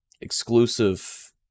exclusive